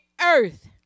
earth